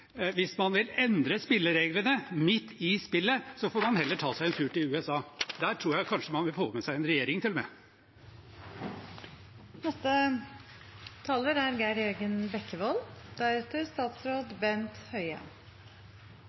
Hvis man vil endre spillereglene midt i spillet, får man heller ta seg en tur til USA. Der tror jeg kanskje man til og med ville fått med seg en regjering.